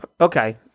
Okay